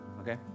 Okay